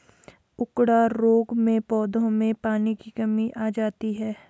उकडा रोग में पौधों में पानी की कमी आ जाती है